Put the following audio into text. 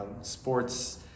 sports